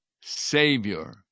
Savior